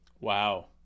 Wow